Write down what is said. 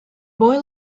boy